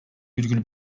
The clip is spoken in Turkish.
virgül